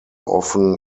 often